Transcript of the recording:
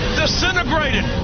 disintegrated